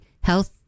health